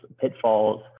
pitfalls